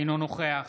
אינו נוכח